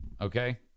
Okay